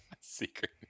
secret